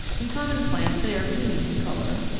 in common plants they are green in colour,